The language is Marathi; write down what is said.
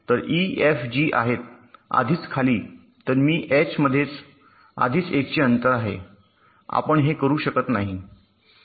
तर ई एफ जी आहेत आधीच खाली तर मी एच मध्ये आधीच 1 चे अंतर आहे आपण हे करू शकत नाही